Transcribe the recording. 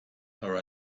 are